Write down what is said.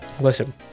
listen